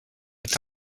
est